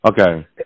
Okay